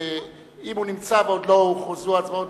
אם הוא נמצא ועוד לא הוכרזו התוצאות,